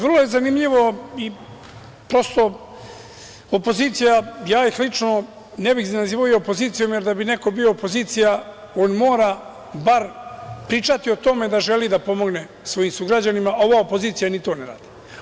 Vrlo je zanimljivo i prosto opozicija, ja ih lično ne bih nazivao opozicijo, jer da bi neko opozicija, on mora bar pričati o tome da želi da pomogne svojim sugrađanima, a ova opozicija i ovo ne radi.